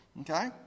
okay